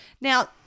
Now